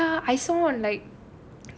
oh ya I saw on like